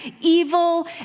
evil